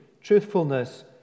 truthfulness